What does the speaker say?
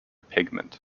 pigment